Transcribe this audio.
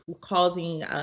causing